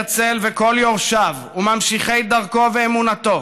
הרצל וכל יורשיו וממשיכי דרכו ואמונתו